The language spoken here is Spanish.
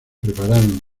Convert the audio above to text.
prepararon